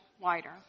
wider